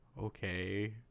okay